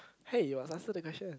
hey you must answer that question